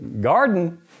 garden